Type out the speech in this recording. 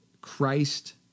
Christ